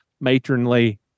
matronly